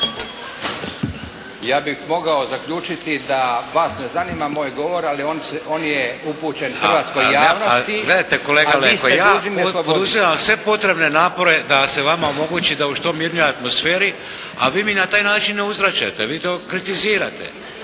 Ja bih mogao zaključiti da vas ne zanima moj govor, ali on je upućen hrvatskoj javnosti. **Šeks, Vladimir